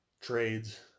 trades